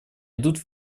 идут